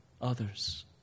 others